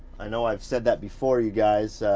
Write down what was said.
i know i've said that before, you guys.